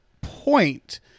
point